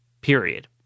Period